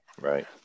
Right